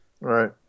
Right